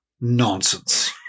nonsense